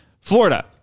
florida